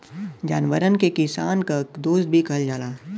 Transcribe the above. जानवरन के किसान क दोस्त भी कहल जाला